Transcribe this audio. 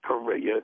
Korea